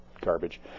garbage